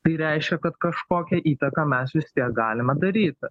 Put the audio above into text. tai reiškia kad kažkokią įtaką mes vis tiek galime daryti